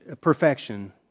perfection